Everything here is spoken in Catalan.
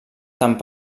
tant